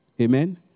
Amen